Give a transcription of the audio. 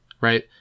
right